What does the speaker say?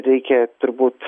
reikia turbūt